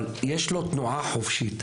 אבל יש לו תנועה חופשית,